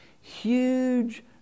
huge